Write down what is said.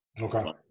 Okay